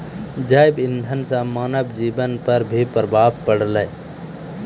जैव इंधन से मानव जीबन पर भी प्रभाव पड़लै